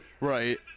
Right